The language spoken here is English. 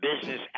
business